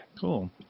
Cool